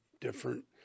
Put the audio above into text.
different